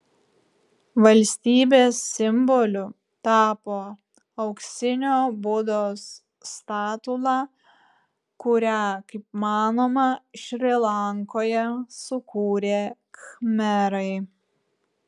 valstybės simboliu tapo auksinio budos statula kurią kaip manoma šri lankoje sukūrė khmerai